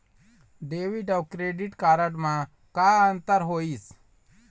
Debit अऊ credit card म का अंतर होइस?